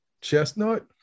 chestnut